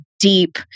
deep